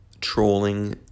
trolling